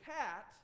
cat